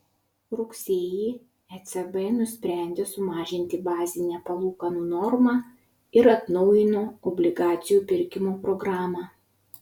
rugsėjį ecb nusprendė sumažinti bazinę palūkanų normą ir atnaujino obligacijų pirkimo programą